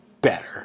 better